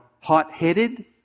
hot-headed